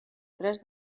tres